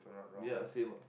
ya same ah